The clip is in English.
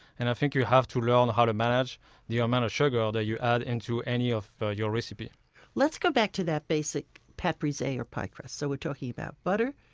and i think you have to learn how to manage the amount of sugar and you add into any of your recipes let's go back to that basic pate brisee or pie crust. so we're talking about butter,